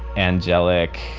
angelic,